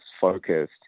focused